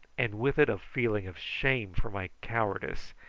and with it a feeling of shame for my cowardice,